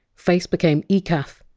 face became! ecaf!